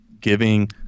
giving